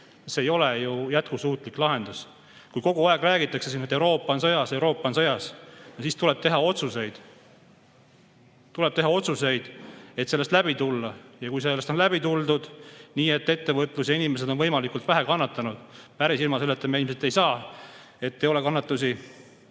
see ei ole ju jätkusuutlik lahendus. Kogu aeg räägitakse, et Euroopa on sõjas. Siis tuleb teha otsuseid. Tuleb teha otsuseid, et sellest läbi tulla. Ja kui sellest on läbi tuldud, nii et ettevõtlus ja inimesed on võimalikult vähe kannatanud – päris ilma selleta me ilmselt ei saa, nii et ei ole kannatusi